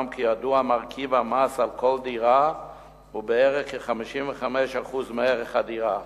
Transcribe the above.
כי כידוע מרכיב המס על כל דירה הוא כ-55% מערך הדירה.